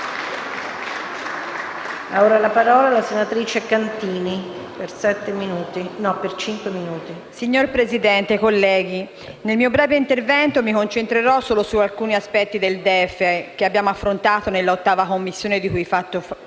Signora Presidente, colleghi, nel mio breve intervento mi concentrerò solo su alcuni aspetti del DEF affrontati nell'8a Commissione, di cui faccio parte,